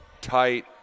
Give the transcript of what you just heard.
tight